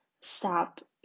stop